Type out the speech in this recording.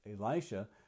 Elisha